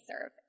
serve